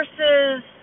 Versus